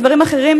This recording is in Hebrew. ודברים אחרים,